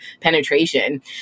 penetration